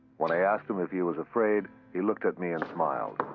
when i asked him if he was afraid, he looked at me and smiled.